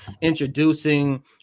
introducing